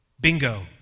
Bingo